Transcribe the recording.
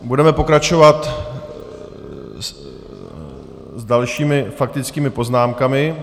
Budeme pokračovat s dalšími faktickými poznámkami.